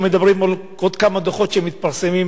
או מדברים על עוד כמה דוחות שמתפרסמים.